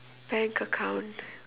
bank account